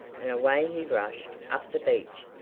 and away he rushed up the beach.